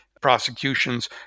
prosecutions